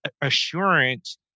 assurance